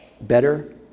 better